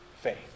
faith